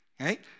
right